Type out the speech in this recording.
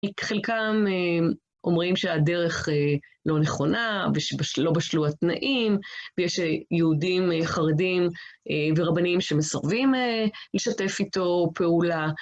חלקם אומרים שהדרך לא נכונה, ולא בשלו התנאים, ויש יהודים חרדים ורבנים שמסרבים לשתף איתו פעולה.